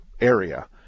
area